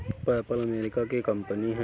PayPal America की कंपनी है